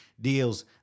deals